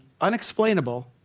unexplainable